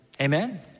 amen